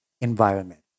environment